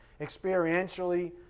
Experientially